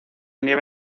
nieve